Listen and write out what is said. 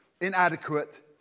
inadequate